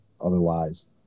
otherwise